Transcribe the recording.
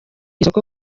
isoko